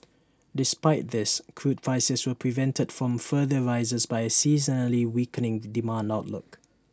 despite this crude prices were prevented from further rises by A seasonally weakening demand outlook